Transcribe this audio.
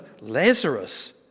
Lazarus